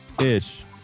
ish